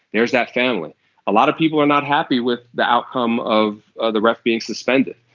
there's that family a lot of people are not happy with the outcome of of the ref being suspended.